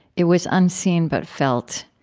it was unseen, but felt,